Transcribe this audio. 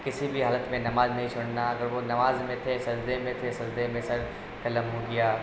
کسی بھی حالت میں نماز نہیں چھوڑنا اگر وہ نماز میں تھے سجدے میں تھے سجدے میں سر قلم ہو گیا